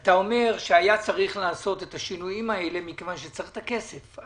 אתה אומר שהיה צריך לעשות את השינויים האלה מכיוון שצריך את הכסף,